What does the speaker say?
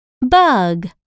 Bug